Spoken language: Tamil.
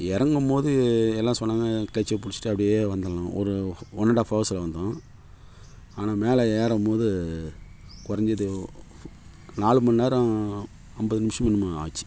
இறங்கும்போது எல்லாம் சொன்னாங்க க்ளச்சை பிடிச்சிட்டு அப்படியே வந்தடணும் ஒரு ஒன் அண்டு ஹாஃப் ஆவர்ஸ்சில் வந்தோம் ஆனால் மேலே ஏறும் போது குறைஞ்சது நாலு மணி நேரம் ஐம்பது நிமிஷம் என்னமோ ஆச்சு